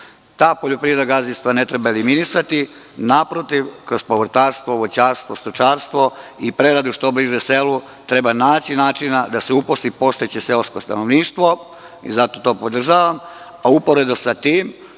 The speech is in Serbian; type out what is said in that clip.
Ta poljoprivredna gazdinstva ne treba eliminisati. Naprotiv, kroz povrtarstvo, voćarstvo, stočarstvo i preradu što bliže selu, treba naći načina da se uposli postojeće seosko stanovništvo i zato to podržavam. Uporedo sa tim,